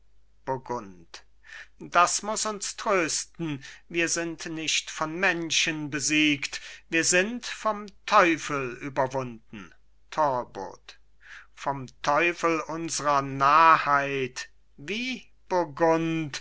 das muß uns trösten wir sind nicht von menschen besiegt wir sind vom teufel überwunden talbot vom teufel unsrer narrheit wie